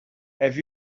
have